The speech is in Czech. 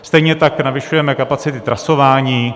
Stejně tak navyšujeme kapacity trasování.